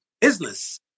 business